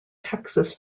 texas